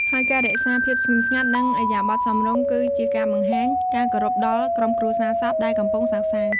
ហើយការរក្សាភាពស្ងៀមស្ងាត់ និងឥរិយាបថសមរម្យ គឺជាការបង្ហាញការគោរពដល់ក្រុមគ្រួសារសពដែលកំពុងសោកសៅ។